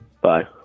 Bye